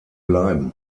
bleiben